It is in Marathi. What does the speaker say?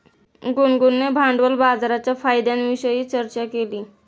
गुनगुनने भांडवल बाजाराच्या फायद्यांविषयी चर्चा केली